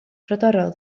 brodorol